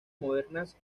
modernas